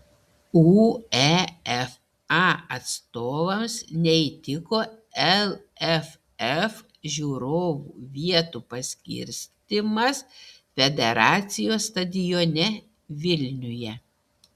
uefa atstovams neįtiko lff žiūrovų vietų paskirstymas federacijos stadione vilniuje